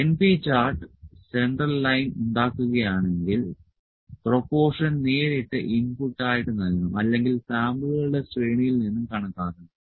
np chart central line ഉണ്ടാക്കുകയാണെങ്കിൽ proportion നേരിട്ട് input ആയിട്ട് നൽകാം അല്ലെങ്കിൽ സാമ്പിളുകളുടെ ശ്രേണിയിൽ നിന്ന് കണക്കാക്കാം